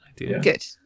Good